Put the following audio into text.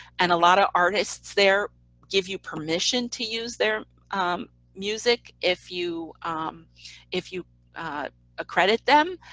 and a lot of artists there give you permission to use their music if you um if you ah credit them,